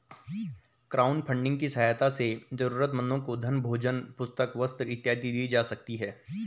crowdfunding की सहायता से जरूरतमंदों को धन भोजन पुस्तक वस्त्र इत्यादि दी जा सकती है